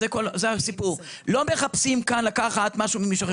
אנחנו לא מחפשים לקחת משהו ממישהו אחר,